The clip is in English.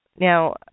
Now